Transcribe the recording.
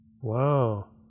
Wow